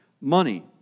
Money